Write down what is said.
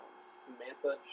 Samantha